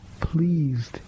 pleased